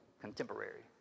contemporary